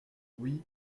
oui